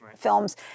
Films